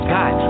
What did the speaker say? God